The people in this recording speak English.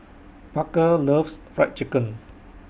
Parker loves Fried Chicken